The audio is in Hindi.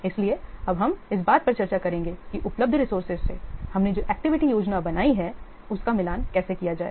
इसलिए अब हम इस बात पर चर्चा करेंगे कि उपलब्ध रिसोर्सेज से हमने जो एक्टिविटी योजना बनाई है उसका मिलान कैसे किया जाए